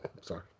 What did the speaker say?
sorry